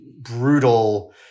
brutal